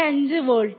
5 volt